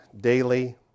daily